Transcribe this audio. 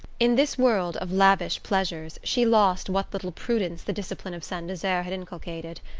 in this world of lavish pleasures she lost what little prudence the discipline of saint desert had inculcated.